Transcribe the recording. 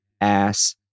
ass